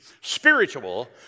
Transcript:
spiritual